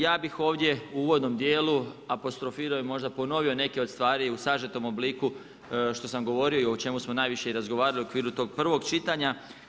Ja bih ovdje u uvodnom dijelu apostrofirao ili možda ponovio neke od stvari u sažetom obliku što sam govorio i o čemu smo najviše i razgovarali u okviru tog prvog čitanja.